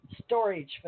storage